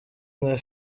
nka